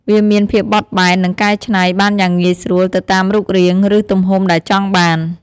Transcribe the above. វាមានភាពបត់បែន និងកែច្នៃ បានយ៉ាងងាយស្រួលទៅតាមរូបរាង ឬទំហំដែលចង់បាន។